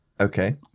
Okay